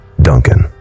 Duncan